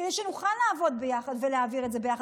כדי שנוכל לעבוד ביחד ולהעביר את זה ביחד.